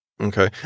okay